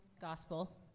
gospel